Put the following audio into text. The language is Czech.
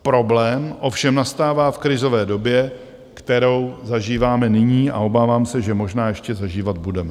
Problém ovšem nastává v krizové době, kterou zažíváme nyní, a obávám se, že možná ještě zažívat budeme.